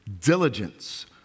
diligence